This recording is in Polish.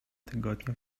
tygodnie